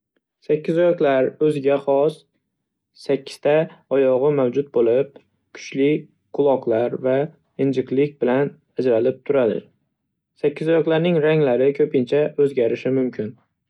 Sakkizoyoqlar o'ziga xos sakkizta oyog'i mavjud bo'lib, kuchli quloqlar va injiqlik bilan ajralib turadi. Sakkizoyoqlarning ranglari ko'pincha o'zgarishi mumkin